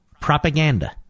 Propaganda